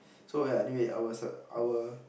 so ya anyway I was her our